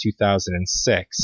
2006